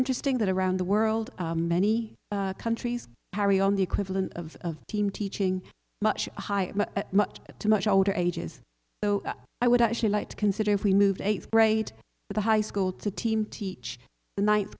interesting that around the world many countries carry on the equivalent of a team teaching much higher at a much older ages so i would actually like to consider if we move eighth grade the high school to team teach ninth